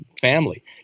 family